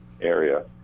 area